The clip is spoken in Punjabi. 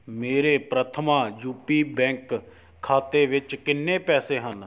ਮੇਰੇ ਪ੍ਰਥਮਾ ਯੂ ਪੀ ਬੈਂਕ ਖਾਤੇ ਵਿੱਚ ਕਿੰਨੇ ਪੈਸੇ ਹਨ